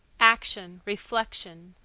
action, reflection,